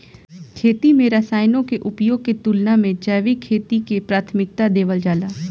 खेती में रसायनों के उपयोग के तुलना में जैविक खेती के प्राथमिकता देवल जाला